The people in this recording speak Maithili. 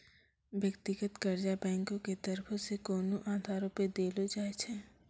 व्यक्तिगत कर्जा बैंको के तरफो से कोनो आधारो पे देलो जाय छै